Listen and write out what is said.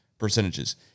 percentages